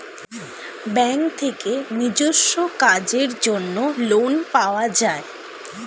bank থেকে নিজস্ব কাজের জন্য লোন পাওয়া যায়